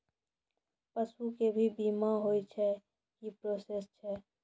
पसु के भी बीमा होय छै, की प्रोसेस छै?